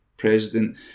President